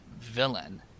villain